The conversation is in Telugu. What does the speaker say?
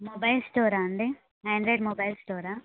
మొబైల్ స్టోరా అండి యాండ్రాయిడ్ మొబైల్ స్టోరా